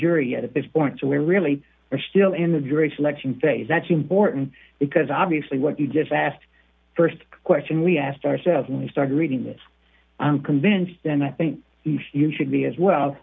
jury at this point so we're really we're still in the jury selection phase that's important because obviously what you just asked st question we asked ourselves when we started reading this convinced and i think you should be as well